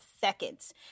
seconds